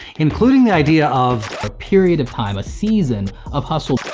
including, the idea of a period of time, a season of hustle.